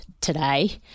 today